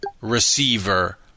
receiver